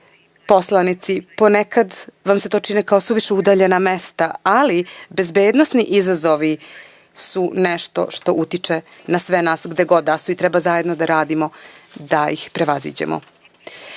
poslanici, ponekad vam se to čine kao suviše udaljena mesta, ali bezbednosni izazovi su nešto što utiče na sve nas, gde god da su, i treba zajedno da radimo da ih prevaziđemo. Godine